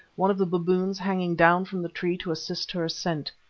one of the baboons hanging down from the tree to assist her ascent.